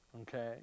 Okay